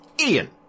Ian